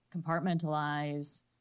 compartmentalize